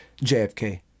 JFK